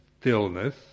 stillness